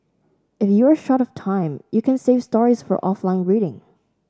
if you are short of time you can save stories for offline reading